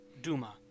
Duma